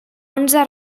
onze